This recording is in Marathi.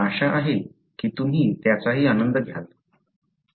आशा आहे की तुम्ही त्याचाही आनंद घ्याल